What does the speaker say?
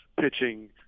pitching